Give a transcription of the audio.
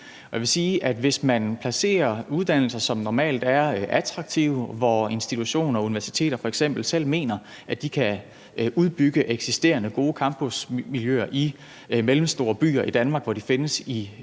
hvis man placerer uddannelser, som normalt er attraktive, hvor institutioner og universiteter f.eks. selv mener at de kan udbygge eksisterende gode campusmiljøer i mellemstore byer i Danmark, hvor de findes i